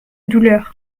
douleur